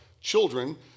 children